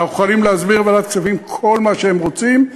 אנחנו יכולים להסביר לוועדת כספים כל מה שהם רוצים,